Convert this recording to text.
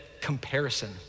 comparison